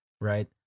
right